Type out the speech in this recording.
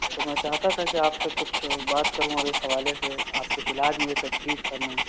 تو میں چاہتا تھا کہ آپ سے کچھ بات کروں اور اس حوالے سے آپ کچھ علاج مجھے تجویز فرمائیں